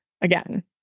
again